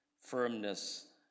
firmness